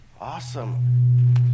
Awesome